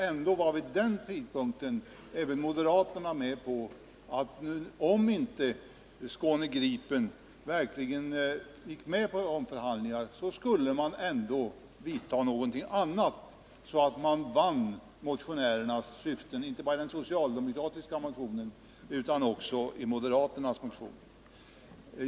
Ändå var vid den tidpunkten även moderaterna införstådda med att om Skåne-Gripen inte gick med på förhandlingar skulle riksdagen vidta någon annan åtgärd, så att man vann motionärernas syften inte bara i den socialdemokratiska motionen utan också i den moderata.